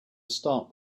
start